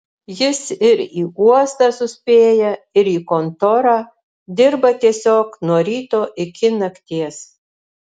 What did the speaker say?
jis ir į uostą suspėja ir į kontorą dirba tiesiog nuo ryto iki nakties